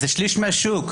זה שליש מהשוק.